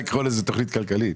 לקרוא לזה תכנית כלכלית.